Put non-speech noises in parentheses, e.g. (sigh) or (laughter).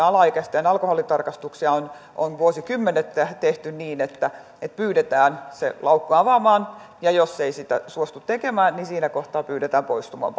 (unintelligible) alaikäisten alkoholitarkastuksia on on vuosikymmenet tehty niin että pyydetään se laukku avaamaan ja jos ei sitä suostu tekemään niin siinä kohtaa pyydetään poistumaan (unintelligible)